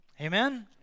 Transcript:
Amen